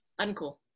Uncool